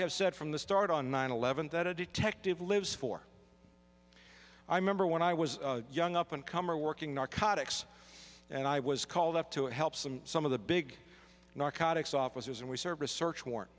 have said from the start on nine eleven that a detective lives for i remember when i was young up and comer working narcotics and i was called up to help some some of the big narcotics officers and we serve a search warrant